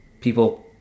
people